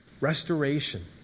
Restoration